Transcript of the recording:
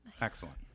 Excellent